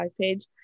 page